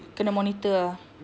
kena monitor ah